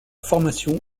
formation